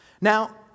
Now